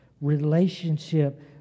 relationship